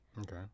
Okay